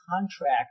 contract